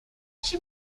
she